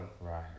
Right